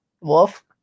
Wolf